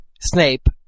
Snape